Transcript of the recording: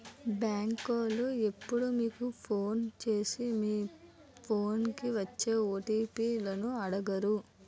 బేంకోలు ఎప్పుడూ మీకు ఫోను సేసి మీ ఫోన్లకి వచ్చే ఓ.టి.పి లను అడగరు